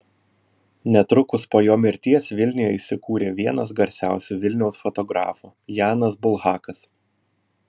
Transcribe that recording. netrukus po jo mirties vilniuje įsikūrė vienas garsiausių vilniaus fotografų janas bulhakas